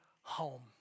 home